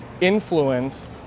influence